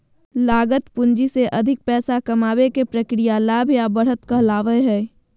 लागत पूंजी से अधिक पैसा कमाबे के प्रक्रिया लाभ या बढ़त कहलावय हय